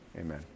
Amen